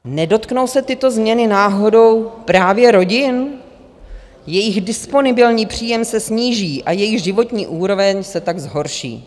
Nedotknou se tyto změny náhodou právě rodin, jejich disponibilní příjem se sníží a jejich životní úroveň se tak zhorší.